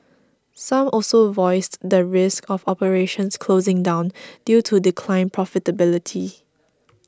some also voiced the risk of operations closing down due to declined profitability